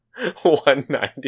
190